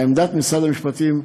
לעמדת משרד המשפטים,